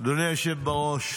אדוני היושב בראש,